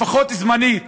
לפחות זמנית,